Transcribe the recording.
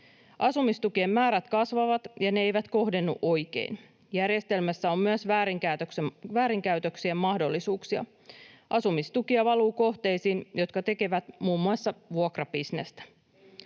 Asumistukien määrät kasvavat, ja ne eivät kohdennu oikein. Järjestelmässä on myös väärinkäytöksien mahdollisuuksia. Asumistukia valuu kohteisiin, jotka tekevät muun muassa vuokrabisnestä.